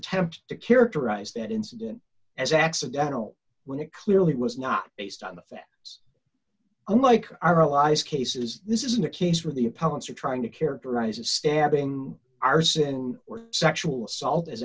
tempt to characterize that incident as accidental when it clearly was not based on the facts unlike our allies cases this isn't a case where the opponents are trying to characterize a stabbing arson or sexual assault